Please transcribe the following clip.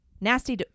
Nasty